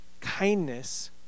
Kindness